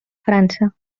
frança